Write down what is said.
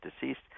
deceased